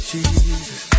Jesus